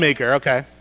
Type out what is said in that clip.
okay